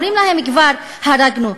אומרים: כבר הרגנו.